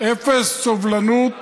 אפס סובלנות